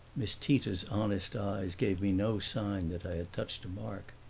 miss tita's honest eyes gave me no sign that i had touched a mark.